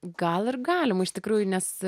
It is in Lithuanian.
gal ir galima iš tikrųjų nes